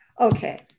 Okay